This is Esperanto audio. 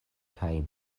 kaj